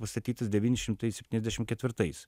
pastatytas devyni šimtai septyniasdešim ketvirtais